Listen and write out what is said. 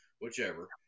whichever